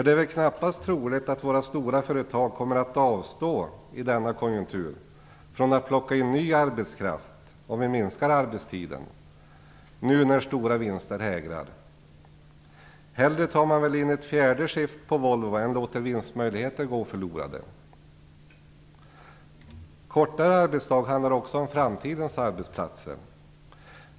Det är väl knappast troligt att våra stora företag i denna konjunktur kommer att avstå från att plocka in ny arbetskraft, om vi minskar arbetstiden nu när stora vinster hägrar. Hellre tar man in ett fjärde skift på Volvo än man låter vinstmöjligheter gå förlorade. Kortare arbetsdag handlar också om framtidens arbetsplatser.